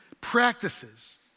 Practices